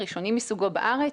ראשוני מסוגו בארץ,